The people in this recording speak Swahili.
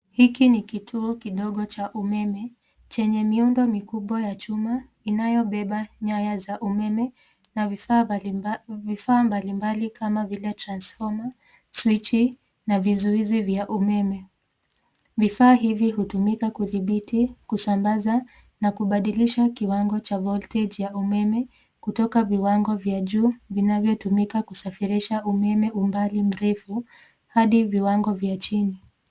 Hiki ni kituo kidogo cha umeme chenye miundo mikubwa ya chuma ,inayobeba nyaya za umeme na vifaa mbalimbali kama vile transfomer ,suichi na vizuizi vya umeme. Vifaa hivi hutumika kudhibiti, kusambaza na kubadilisha kiwango cha voltage ya umeme kutoka viwango vya juu vinavyotumika kusafirisha umeme umbali mrefu hadi viwango vya chini.